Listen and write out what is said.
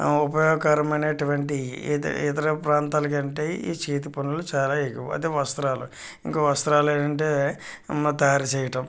ఉపయోగకరమైనటువంటి ఇతర ప్రాంతాలు కంటే ఈ చేతి పనులు చాలా ఎక్కువ అయితే వస్త్రాలు ఇంకా వస్త్రాలు అంటే మ తయారు చేయటం